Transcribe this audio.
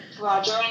Roger